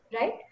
right